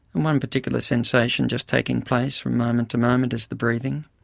one particular sensation just taking place from moment to moment is the breathing,